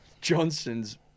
johnson's